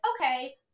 okay